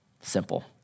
Simple